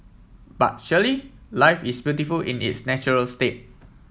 but surely life is beautiful in its natural state